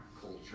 culture